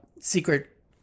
secret